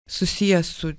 susiję su